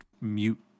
mute